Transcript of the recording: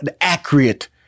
accurate